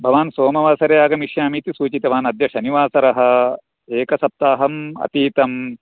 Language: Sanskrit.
भवान् सोमवासरे आगमिष्यामि इति सूचितवान् अद्य शनिवासरः एकसप्ताहम् अतीतं